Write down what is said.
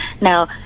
now